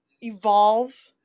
evolve